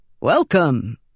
Welcome